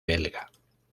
belga